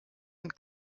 und